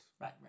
Right